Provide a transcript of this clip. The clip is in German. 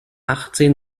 achtzehn